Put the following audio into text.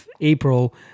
April